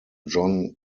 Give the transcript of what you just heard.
john